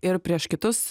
ir prieš kitus